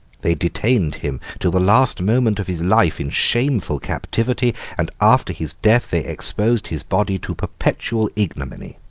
they detained him till the last moment of his life in shameful captivity, and after his death they exposed his body to perpetual ignominy.